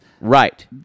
Right